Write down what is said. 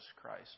Christ